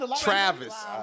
Travis